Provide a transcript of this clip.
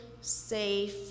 safe